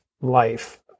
life